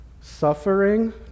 suffering